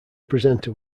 presenter